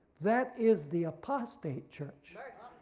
that is the apostate church.